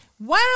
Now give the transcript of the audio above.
Wow